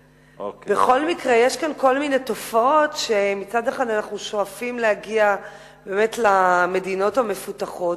יש כאן כל מיני תופעות שמצד אחד אנחנו שואפים להגיע למדינות המפותחות